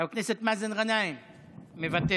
חבר הכנסת מאזן גנאים, מוותר,